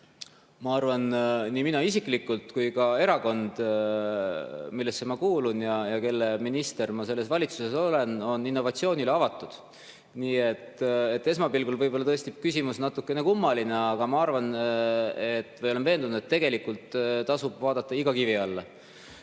eest! Nii mina isiklikult kui ka erakond, millesse ma kuulun ja kelle minister ma selles valitsuses olen, on innovatsioonile avatud. Nii et esmapilgul võib-olla tõesti on küsimus natukene kummaline, aga ma arvan või olen veendunud, et tegelikult tasub vaadata iga kivi alla.